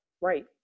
Right